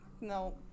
No